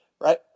right